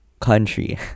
country